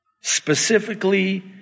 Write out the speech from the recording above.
specifically